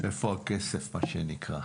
איפה הכסף, מה שנקרא.